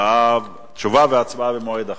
תשובה והצבעה במועד אחר.